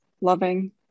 loving